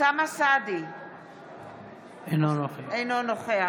אוסאמה סעדי, אינו נוכח